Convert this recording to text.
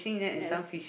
that